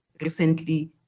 recently